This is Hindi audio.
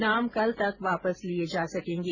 नाम कल तक वापस लिये जा सकेंगे